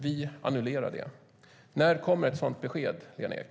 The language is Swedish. Vi annullerar det. När kommer ett sådant besked, Lena Ek?